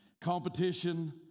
Competition